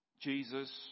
Jesus